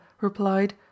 replied